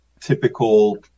typical